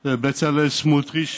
בצלאל סמוטריץ